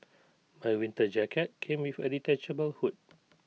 my winter jacket came with A detachable hood